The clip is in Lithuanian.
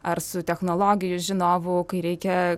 ar su technologijų žinovu kai reikia